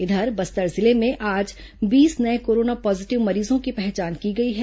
इधर बस्तर जिले में आज बीस नये कोरोना पॉजीटिव मरीजों की पहचान की गई है